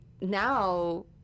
now